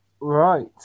Right